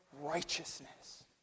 righteousness